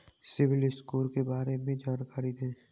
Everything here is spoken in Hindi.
सिबिल स्कोर के बारे में जानकारी दें?